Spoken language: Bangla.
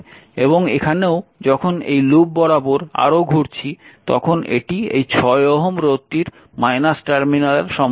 এবং এখানেও যখন এই লুপ বরাবর আরও ঘুরছি তখন এটি এই 6 ওহম রোধটির টার্মিনালের সম্মুখীন হচ্ছে